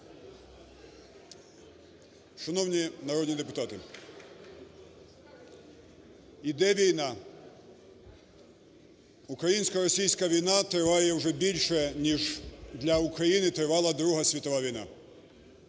Шановні народні депутати! Йде війна. Українсько-російська війна триває уже більше ніж для України тривала Друга світова війна.